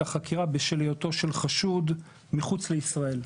החקירה בשל היותו של חשוד מחוץ לישראל,